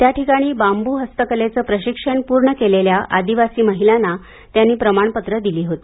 त्या ठिकाणी बांबू हस्तकलेचं प्रशिक्षण पूर्ण केलेल्या आदिवासी महिलांना त्यांनी प्रमाणपत्र दिली होती